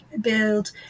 build